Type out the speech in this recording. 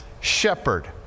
shepherd